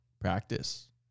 practice